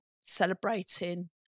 celebrating